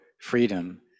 freedom